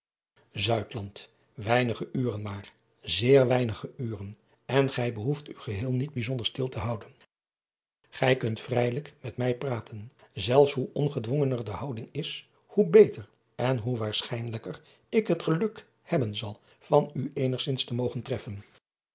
einige uren maar zeer weinige uren en gij behoeft u geheel niet bijzonder stil te houden ij kunt vrijelijk met mij praten zelfs hoe ongedwongener de houding is hoe beter en hoe waarschijnlijker ik het geluk hebben zal van u eenigzins te mogen treffen